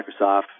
Microsoft